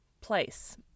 place